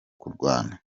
kurwana